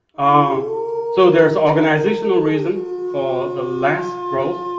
um so there's organizational reason for the less growth. you